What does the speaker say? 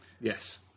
Yes